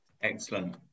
Excellent